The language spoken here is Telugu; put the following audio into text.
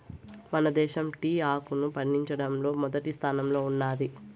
మన దేశం టీ ఆకును పండించడంలో మొదటి స్థానంలో ఉన్నాది